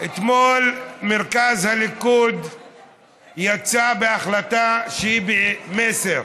אתמול מרכז הליכוד יצא בהחלטה שהיא מסר.